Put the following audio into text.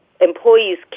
employees